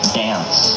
dance